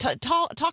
Talk